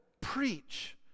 preach